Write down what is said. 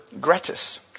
gratis